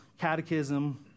Catechism